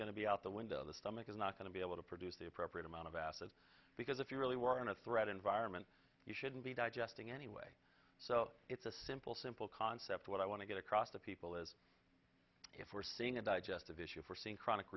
going to be out the window the stomach is not going to be able to produce the appropriate amount of acid because if you really were in a threat environment you shouldn't be digesting anyway so it's a simple simple concept what i want to get across to people is if we're seeing a digestive issue for seeing chronic